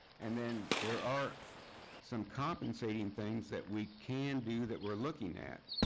and then, there are some compensating things that we can do that we're looking at.